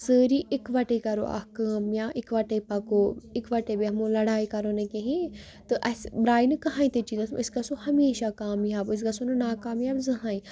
سٲری اِکوَٹَے کَرو اَکھ کٲم یا اِکوَٹَے پَکو اِکوَٹَے بیٚہمو لڑایہِ کَرو نہٕ کِہیٖنۍ تہٕ اَسہِ راے نہٕ کٕہاے تہِ چیٖز أسۍ گژھو ہمیشہ کامیاب أسۍ گژھو نہٕ ناکامیاب زٕہٕنۍ